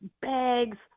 bags